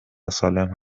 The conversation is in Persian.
سالم